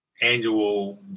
annual